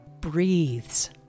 breathes